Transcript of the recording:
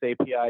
API